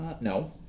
No